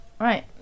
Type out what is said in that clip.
Right